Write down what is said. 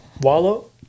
Wallow